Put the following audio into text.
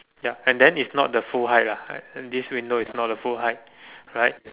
ya and then is not the full height lah and this window is not a full height right